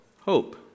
hope